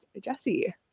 jesse